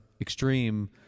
Extreme